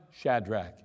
Shadrach